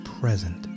present